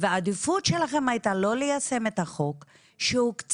והעדיפות שלכם הייתה לא ליישם את החוק שהוקצו